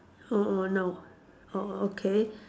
oh oh no oh okay